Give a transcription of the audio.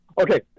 Okay